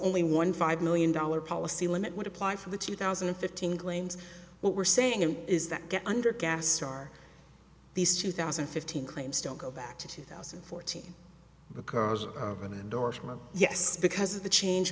only one five million dollar policy limit would apply for the two thousand and fifteen claims what we're saying is that get under gas are these two thousand and fifteen claims don't go back to two thousand and fourteen because of an endorsement yes because of the change